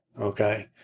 Okay